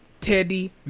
Teddy